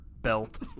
belt